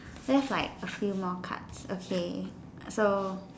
there's like a few more cards okay so